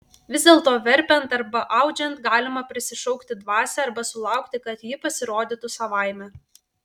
vis dėlto verpiant arba audžiant galima prisišaukti dvasią arba sulaukti kad ji pasirodytų savaime